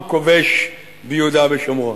עם כובש ביהודה ושומרון.